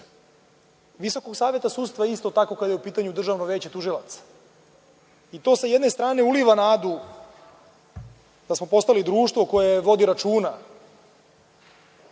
Visokog saveta sudstva, isto tako kada je u pitanju Državno veće tužilaca. To sa jedne strane uliva nadu da smo postali društvo koje vodi računa